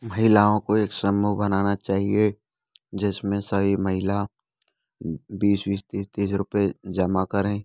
महिलाओं को एक समूह बनाना चाहिए जिसमें सभी महिला बीस बीस तीस तीस रुपए जमा करें